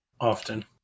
often